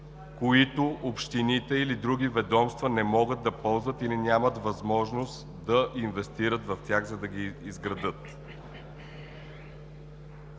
които общините или други ведомства не могат да ползват, или нямат възможност да инвестират в тях, за да ги изградят.